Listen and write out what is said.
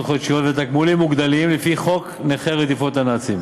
חודשיות ותגמולים מוגדלים לפי חוק נכי רדיפות הנאצים.